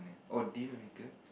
oh dealer maker